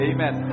Amen